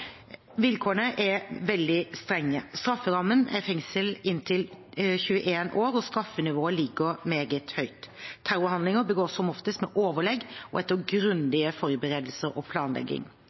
Vilkårene er veldig strenge. Strafferammen er fengsel inntil 21 år, og straffenivået ligger meget høyt. Terrorhandlinger begås som oftest med overlegg og etter grundige forberedelser og planlegging.